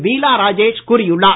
பீலா ராஜேஷ் கூறியுள்ளார்